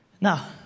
Now